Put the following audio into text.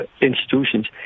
institutions